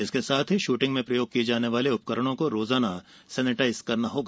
इसके साथ ही शूटिंग में प्रयोग किये जाने वाले उपकरणों को रोजाना सैनिटाइज करना होगा